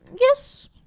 yes